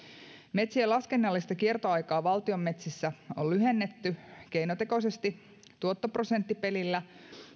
metsien laskennallista kiertoaikaa valtion metsissä on lyhennetty keinotekoisesti tuottoprosenttipelillä